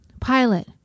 Pilot